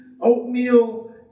oatmeal